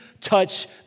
touch